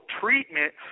treatment